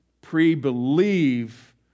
pre-believe